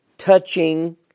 touching